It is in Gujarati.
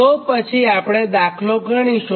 તોપછી આપણે દાખલો ગણીશું